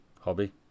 hobby